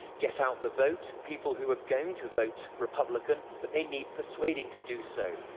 get-out-the-vote, people who are going to vote republican but they need persuading to do so.